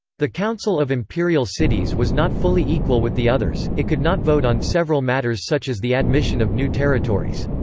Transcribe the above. the council of imperial cities was not fully equal with the others it could not vote on several matters such as the admission of new territories.